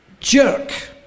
jerk